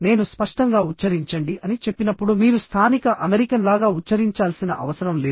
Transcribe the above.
నేను స్పష్టంగా ఉచ్ఛరించండి అని చెప్పినప్పుడు మీరు స్థానిక అమెరికన్ లాగా ఉచ్ఛరించాల్సిన అవసరం లేదు